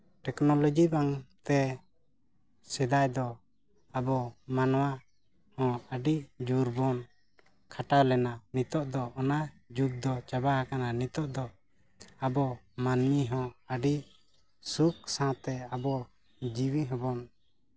technology ᱵᱟᱝᱛᱮ ᱥᱮᱫᱟᱭ ᱫᱚ ᱟᱵᱚ ᱢᱟᱱᱚᱣᱟ ᱦᱚᱸ ᱟᱹᱰᱤ ᱡᱳᱨ ᱵᱚᱱ ᱠᱷᱟᱴᱟᱣ ᱞᱮᱱᱟ ᱱᱤᱛᱚᱜ ᱫᱚ ᱚᱱᱟ ᱡᱩᱜᱽ ᱫᱚ ᱪᱟᱵᱟᱣ ᱠᱟᱱᱟ ᱱᱤᱛᱚᱜ ᱫᱚ ᱟᱵᱚ ᱢᱟᱹᱱᱢᱤ ᱦᱚᱸ ᱟᱹᱰᱤ ᱥᱩᱠ ᱥᱟᱶᱛᱮ ᱟᱵᱚ ᱡᱤᱣᱤ ᱦᱚᱵᱚᱱ